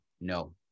no